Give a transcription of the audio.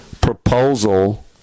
proposal